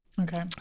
okay